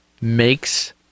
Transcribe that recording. makes